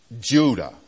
Judah